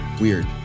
weird